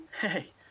Hey